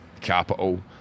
Capital